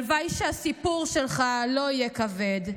/ הלוואי שהסיפור שלך / לא יהיה כבד,